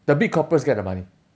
the big corporates get the money